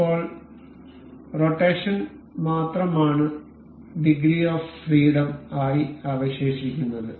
ഇപ്പോൾ റോടേഷൻ മാത്രമാണ് degree of freedom ആയി അവശേഷിക്കുന്നത്